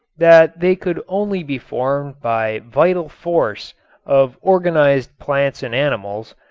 that they could only be formed by vital force of organized plants and animals,